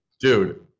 dude